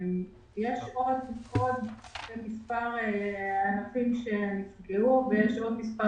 יש עוד מספר ענפים שנפגעו ויש עוד מספר